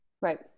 Right